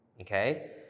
okay